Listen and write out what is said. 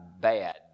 bad